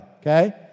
okay